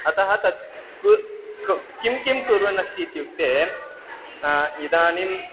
अतः तत् कुत्र किं किं किं कुर्वन् अस्ति इत्युक्ते इदानीं